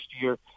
year